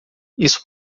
isso